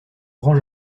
grand